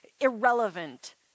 irrelevant